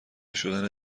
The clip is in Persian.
شدن